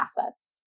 assets